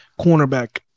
cornerback